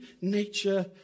nature